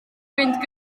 fynd